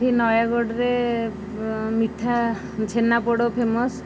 ଏଠି ନୟାଗଡ଼ରେ ମିଠା ଛେନାପୋଡ଼ ଫେମସ୍